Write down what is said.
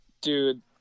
Dude